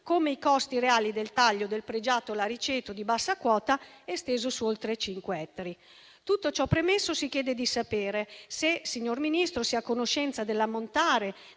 come i costi reali del taglio del pregiato lariceto di bassa quota, esteso su oltre 5 ettari. Tutto ciò premesso, si chiede di sapere se il signor Ministro sia a conoscenza dell'ammontare